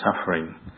suffering